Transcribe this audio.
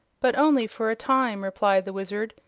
but only for a time, replied the wizard,